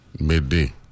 midday